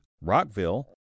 Rockville